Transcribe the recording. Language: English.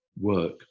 work